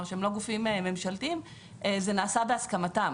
שהם לא גופים ממשלתיים זה נעשה בהסכמתם.